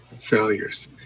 Failures